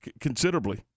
Considerably